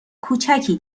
کوچکی